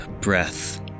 breath